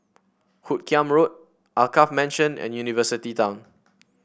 Hoot Kiam Road Alkaff Mansion and University Town